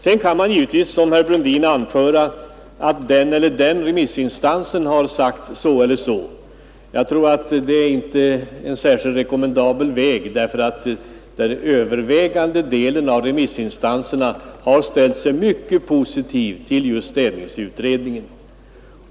Sedan kan man givetvis som herr Brundin säga att den eller den remissinstansen har sagt så eller så. Jag tror inte att det är en särskilt rekommendabel väg, därför att det övervägande antalet remissinstanser har ställt sig mycket positiva till just städningsutredningen.